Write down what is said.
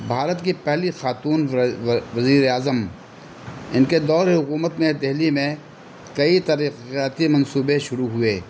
بھارت کی پہلی خاتون وزیر اعظم ان کے دور حکومت میں دہلی میں کئی ترقیاتی منصوبے شروع ہوئے